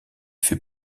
fait